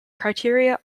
criteria